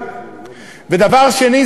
והדבר השני,